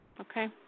Okay